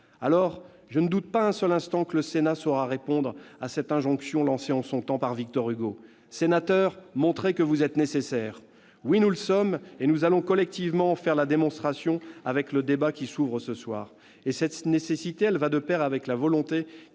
d'autres. Je ne doute pas un seul instant que le Sénat saura répondre à l'injonction lancée en son temps par Victor Hugo :« Sénateurs, montrez que vous êtes nécessaires !» Oui, nous le sommes, et nous allons collectivement en faire la démonstration ! Ce qu'il faut, c'est être utile ! Cette nécessité va de pair avec la volonté